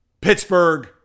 Pittsburgh